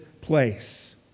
place